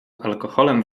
alkoholem